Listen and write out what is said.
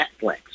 Netflix